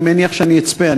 אני מניח שאני אצפה,